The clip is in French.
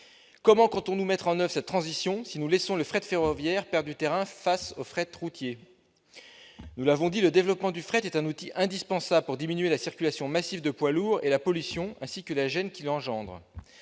Comment comptons-nous mettre en oeuvre cette transition si nous laissons le fret ferroviaire perdre du terrain face au fret routier ? Le développement du fret est un outil indispensable pour diminuer la circulation massive des poids lourds et la pollution, ainsi que la gêne qu'elles engendrent.